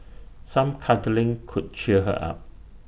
some cuddling could cheer her up